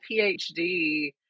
PhD